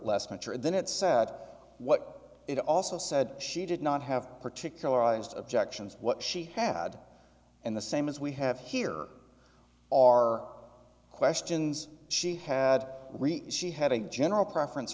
less mature than it said what it also said she did not have particularized objections what she had and the same as we have here are questions she had she had a general preference